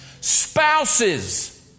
spouses